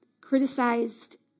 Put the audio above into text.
criticized